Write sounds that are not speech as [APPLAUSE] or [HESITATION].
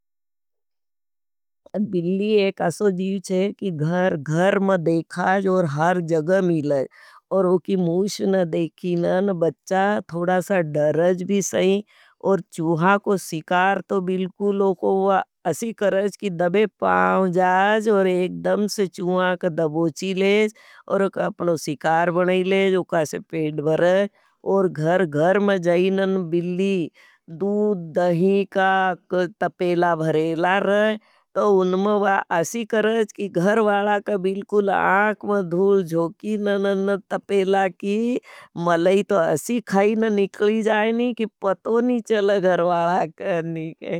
[HESITATION] बिल्ली एक असो जीव है कि घर घर में देखाज और हर जग मिलाज। और वो की मुष न देखी न बच्चा थोड़ा सा डरज भी सहीं और चुहा को सिकार। तो बिल्कुल वो को असी करज की दबे पाँजाज और एकडम से चुहा का दबोची लेज। और वो का अपनो सिकार बनाई दुशाट से एड्गे लेज वो कासे पेड भरे और घर घर मैं जाईन। मिली मिली दोध, डहीक का चुवा कशा रही तो उनमां वा असी करज कि मिले। गर्वालाक बीलकुल आक मैं धूल जोकी न न न न तपेला की मलाई थो असी खाईने निकली। जाये नहीं कि पतो नहीं चले घर्वाला कहने के।